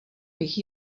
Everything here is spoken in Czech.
bych